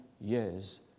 years